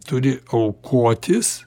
turi aukotis